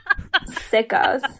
Sickos